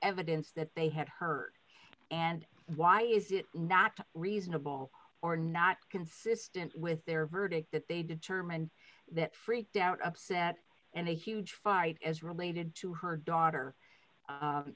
evidence that they had heard and why is it not reasonable or not consistent with their verdict that they determined that freaked out upset and a huge fire as related to her daughter